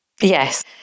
Yes